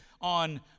on